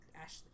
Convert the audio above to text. Ashley